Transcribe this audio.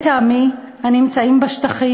הנמצאים בשטחים,